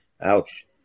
Ouch